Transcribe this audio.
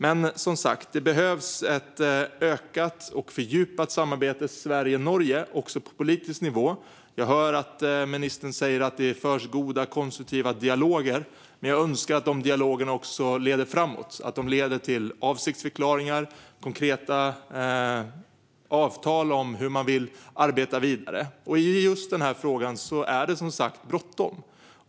Det behövs alltså ett ökat och fördjupat samarbete mellan Sverige och Norge också på politisk nivå. Jag hör att ministern säger att det förs goda, konstruktiva dialoger, men jag önskar att dessa dialoger också leder framåt till avsiktsförklaringar och konkreta avtal om hur man vill arbeta vidare. I just den här frågan är det som sagt var bråttom.